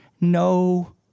no